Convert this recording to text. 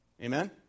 Amen